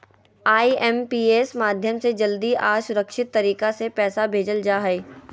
IMPS माध्यम से जल्दी आर सुरक्षित तरीका से पैसा भेजल जा हय